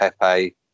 Pepe